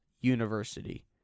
University